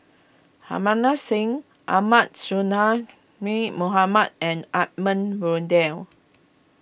Harbans Singh Ahmad Sonhadji Mohamad and Edmund Blundell